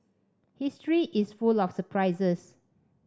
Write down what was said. history is full of surprises